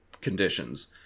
conditions